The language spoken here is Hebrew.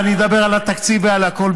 ואני אדבר על התקציב ועל הכול,